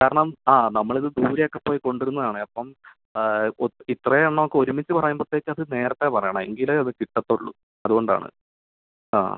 കാരണം ആ നമ്മളിത് ദൂരെ ഒക്കെ പോയി കൊണ്ടുവരുന്നത് ആണ് അപ്പം ഇത്രയും എണ്ണമൊക്കെ ഒരുമിച്ച് പറയുമ്പോഴത്തേക്ക് അതു നേരത്തെ പറയണം എങ്കിലേ അത് കിട്ടത്തുള്ളൂ അതുകൊണ്ടാണ് ആ